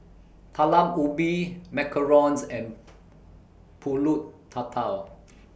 Talam Ubi Macarons and Pulut Tatal